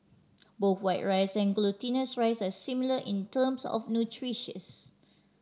both white rice and glutinous rice are similar in terms of nutritions